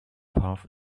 path